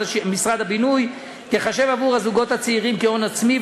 הבינוי תיחשב עבור הזוגות הצעירים כהון עצמי,